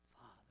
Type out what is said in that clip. Father